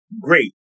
Great